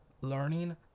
learning